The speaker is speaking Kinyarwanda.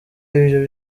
ibyo